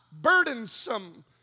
burdensome